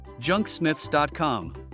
junksmiths.com